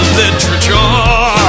literature